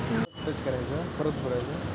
ठेव बंद कशी करायची?